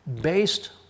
based